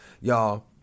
y'all